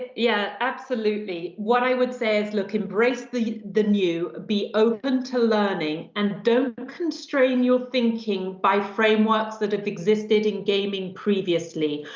yeah, absolutely what i would say is look, embrace the the new. be open to learning and don't constrain your thinking by frameworks that have existed in gaming previously.